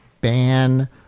ban